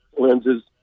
lenses